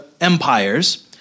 empires